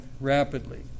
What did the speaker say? rapidly